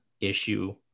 issue